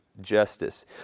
justice